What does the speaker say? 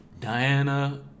Diana